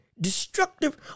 destructive